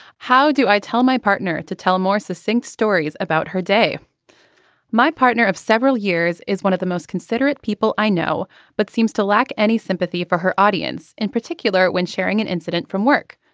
how do i tell my partner to tell more succinct stories about her day my partner of several years is one of the most considerate people i know but seems to lack any sympathy for her audience in particular when sharing an incident from work.